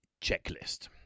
checklist